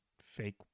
fake